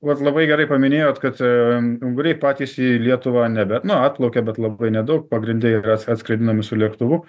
vat labai gerai paminėjot kad unguriai patys į lietuvą nebe na atplaukia bet labai nedaug pagrinde jie yra atskraidinami su lėktuvu